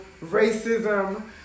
racism